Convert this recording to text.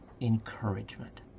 encouragement